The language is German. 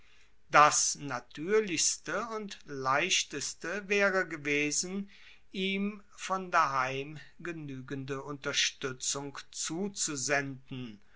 das natuerlichste und leichteste waere gewesen ihm von daheim genuegende unterstuetzung zuzusenden